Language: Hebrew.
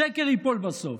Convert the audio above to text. השקר ייפול בסוף.